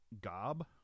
Gob